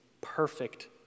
perfect